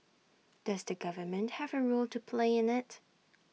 does the government have A role to play in IT